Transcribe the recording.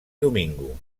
domingo